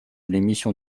l’émission